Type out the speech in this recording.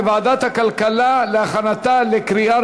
לוועדת הכלכלה נתקבלה.